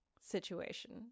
situation